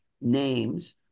names